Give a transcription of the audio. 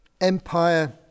Empire